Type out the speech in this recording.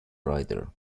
writer